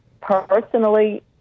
personally